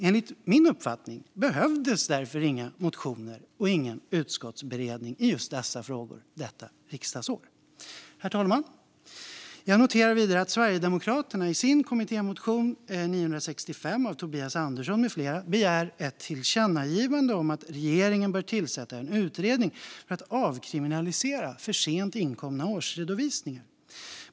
Enligt min uppfattning behövdes därför inga motioner och ingen utskottsberedning i dessa frågor just detta riksdagsår. Herr talman! Jag noterar vidare att Sverigedemokraterna i sin kommittémotion 2022/23:965 av Tobias Andersson med flera begär ett tillkännagivande om att regeringen bör tillsätta en utredning för att avkriminalisera för sent inkomna årsredovisningar.